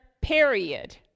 period